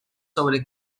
sobre